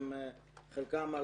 בחלקן הן